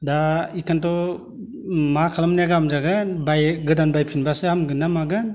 दा बेखायनोथ' मा खालामनाया गाहाम जागोन गोदान बायफिनबासो हामगोन ना मागोन